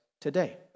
today